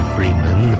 Freeman